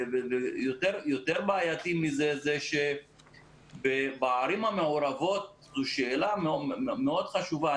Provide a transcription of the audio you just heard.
יותר בעייתי מזה זה שבערים המעורבות זו שאלה מאוד חשובה.